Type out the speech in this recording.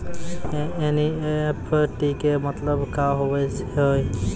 NEFT के मतलब का होव हेय?